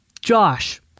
Josh